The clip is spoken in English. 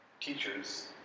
teachers